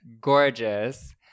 gorgeous